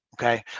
okay